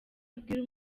abwira